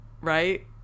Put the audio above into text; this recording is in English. right